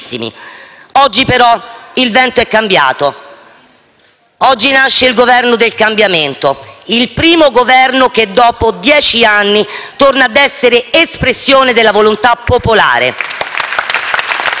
Oggi, però, il vento è cambiato. Oggi nasce il Governo del cambiamento, il primo Governo che, dopo dieci anni, torna ad essere espressione della volontà popolare.